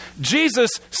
Jesus